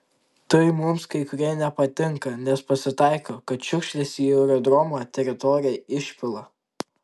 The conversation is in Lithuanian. tai mums kai kurie nepatinka nes pasitaiko kad šiukšles į aerodromo teritoriją išpila